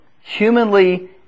humanly